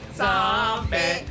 zombie